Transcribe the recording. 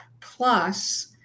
Plus